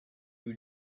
who